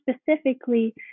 specifically